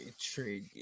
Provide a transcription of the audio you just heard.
trade